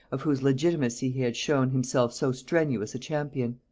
of whose legitimacy he had shown himself so strenuous a champion.